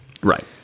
right